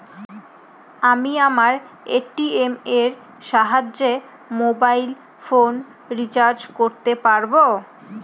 আমি আমার এ.টি.এম এর সাহায্যে মোবাইল ফোন রিচার্জ করতে পারব?